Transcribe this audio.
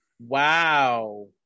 wow